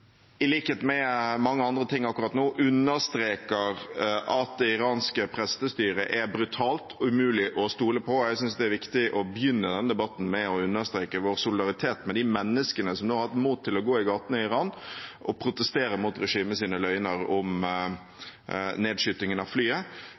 i likhet med mange andre ting akkurat nå, understreker at det iranske prestestyret er brutalt og umulig å stole på. Jeg synes det er viktig å begynne denne debatten med å understreke vår solidaritet med de menneskene som nå har hatt mot til å gå i gatene i Iran og protestere mot regimets løgner om